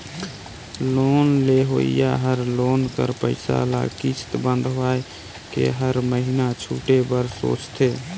loan लेहोइया हर loan कर पइसा ल किस्त बंधवाए के हर महिना छुटे बर सोंचथे